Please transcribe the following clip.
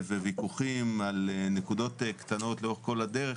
וויכוחים על נקודות קטנות לאורך כל הדרך,